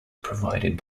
provided